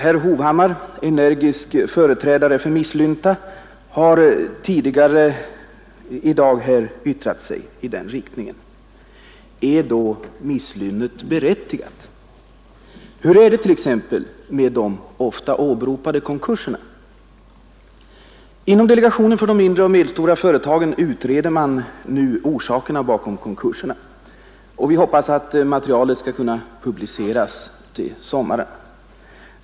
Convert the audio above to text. Herr Hovhammar, energisk företrädare för misslynta, har tidigare i dag här yttrat sig i den riktningen. Är då misslynnet berättigat? Hur är det t.ex. med de ofta åberopade konkurserna? Inom delegationen för de mindre och medelstora företagen utreder man nu orsakerna bakom konkurserna. Vi hoppas att materialet skall kunna publiceras till sommaren.